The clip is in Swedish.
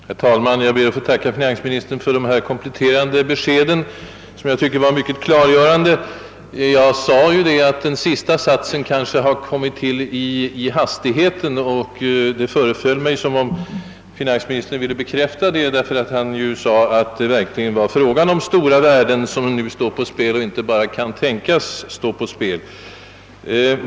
Herr talman! Jag tackar för finansministerns kompletterande besked, som var mycket klargörande. Jag sade ju att den sista satsen i interpellationssvaret kanske hade kommit till i hastigheten, och det föreföll mig som om finansministern ville bekräfta det. Han sade ju nu att det verkligen var stora värden som stod på spel och inte bara att sådana värden »kan tänkas» stå på spel.